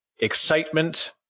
Excitement